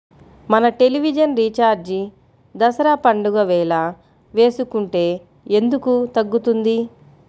మన television recharge Dasara పండగ వేళ వేసుకుంటే ఎందుకు తగ్గుతుంది?